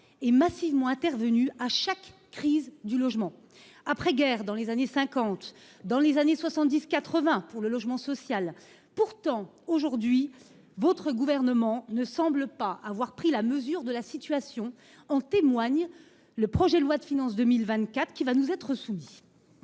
est massivement intervenu à chaque crise du logement : dans l’après guerre, dans les années 1950, dans les années 1970 1980 pour le logement social… Pourtant, aujourd’hui, votre gouvernement ne semble pas avoir pris la mesure de la situation. En témoigne le projet de loi de finances pour 2024 qui va nous être soumis.